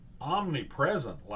omnipresent